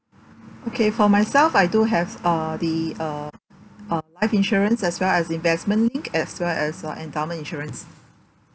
okay for myself I do have uh the uh uh life insurance as well as investment linked as well as uh endowment insurance